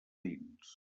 dins